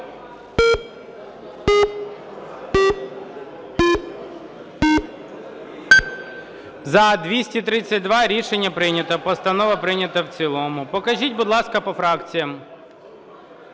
За-232 Рішення прийнято. Постанов прийнята в цілому. Покажіть, будь ласка, по фракціях.